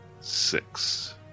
six